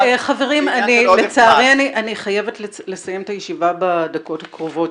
חברים לצערי אני חייבת לסיים את הישיבה בדקות הקרובות.